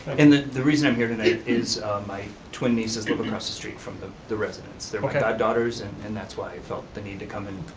and the the reason i'm here tonight is my twin nieces live across the street from the the residence. they're my god-daughters, and and that's why i felt the need to come and